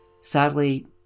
Sadly